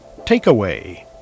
Takeaway